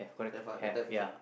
have ah that type of fish ah